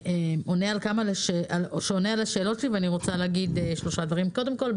שעונה על השאלות שלי ואני רוצה להגיד שלושה דברים: קודם כל,